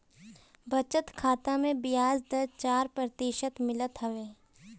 बचत खाता में बियाज दर चार प्रतिशत मिलत हवे